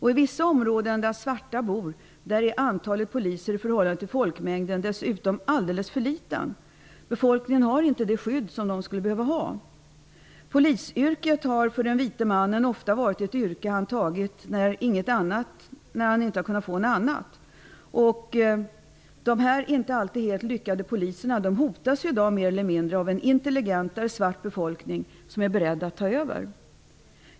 I vissa områden, där svarta bor, är antalet poliser i förhållande till folkmängden dessutom alldeles för litet. Befolkningen har inte det skydd som den skulle behöva ha. Polisyrket har för den vite mannen ofta varit ett yrke han tagit när han inte kunnat få något annat. Dessa inte alltid helt lyckade poliser hotas i dag mer eller mindre av en intelligentare svart befolkning, som är beredd att ta över.